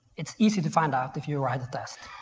it's easy to find out if you run the test.